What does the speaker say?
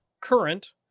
current